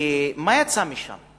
כי מה יצא משם?